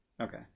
Okay